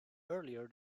earlier